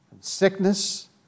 sickness